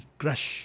crush